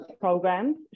programs